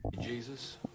jesus